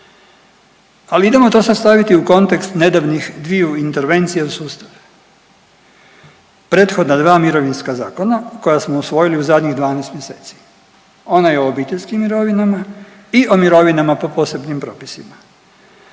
Ali idemo to sad staviti u kontekst nedavnih dviju intervencija u sustav, prethodna dva mirovinska zakona koja smo usvojili u zadnjih 12 mjeseci. Onaj o obiteljskim mirovinama i o mirovinama po posebnim propisima.